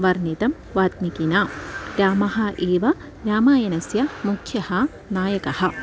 वर्णितं वाल्मीकिना रामः एव रामायणस्य मुख्यः नायकः